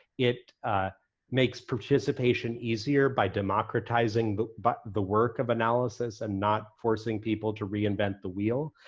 it makes participation easier by democratizing but but the work of analysis and not forcing people to reinvent the wheel.